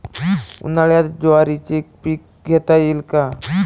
उन्हाळ्यात ज्वारीचे पीक घेता येईल का?